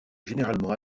généralement